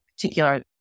particular